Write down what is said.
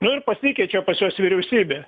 nu ir pasiekeičia pas juos vyriausybė